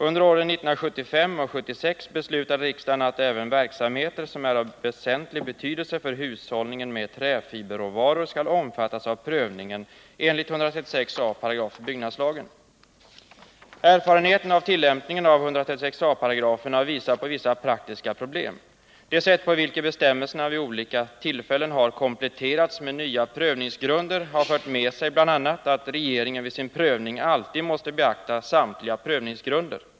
Under åren 1975 och 1976 beslutade riksdagen att även verksamheter som är av väsentlig betydelse för hushållningen med träfiberråvaror skall omfattas av prövningen enligt 136 a § BL. Erfarenheterna av tillämpningen av 136 a § BL har visat på vissa praktiska problem. Det sätt på vilket bestämmelserna vid olika tillfällen har kompletterats med nya prövningsgrunder har fört med sig bl.a. att regeringen vid sin prövning alltid måste beakta samliga prövningsgrunder.